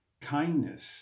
Kindness